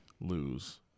lose